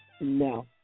No